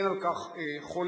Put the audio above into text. אין על כך חולק.